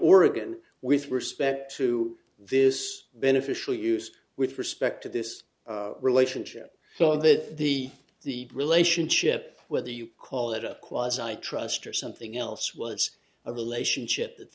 oregon with respect to this beneficial use with respect to this relationship so that the the relationship whether you call it a clause i trust or something else was a relationship that